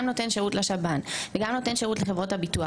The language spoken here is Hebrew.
גם נותן שירות לשב"ן וגם נותן שירות לחברות הביטוח